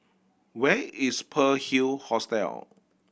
where is Pearl Hill Hostel